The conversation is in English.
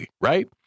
right